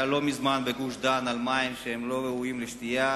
של מקרה שהיה לא מזמן בגוש-דן בנושא מים שלא ראויים לשתייה.